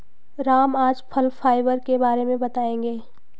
राम आज फल फाइबर के बारे में बताएँगे